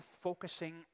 focusing